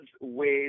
ways